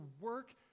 work